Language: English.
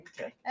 okay